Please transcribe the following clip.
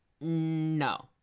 No